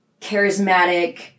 charismatic